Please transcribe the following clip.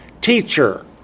Teacher